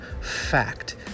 Fact